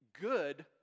good